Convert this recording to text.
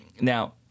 Now